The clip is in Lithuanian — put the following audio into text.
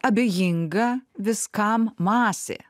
abejinga viskam masė